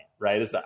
right